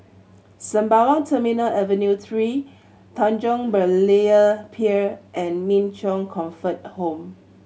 Sembawang Terminal Avenue Three Tanjong Berlayer Pier and Min Chong Comfort Home